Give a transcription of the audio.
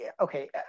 okay